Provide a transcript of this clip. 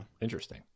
Interesting